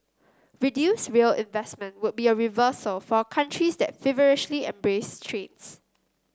reduce rail investment would be a reversal for a country that's feverishly embrace trains